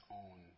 own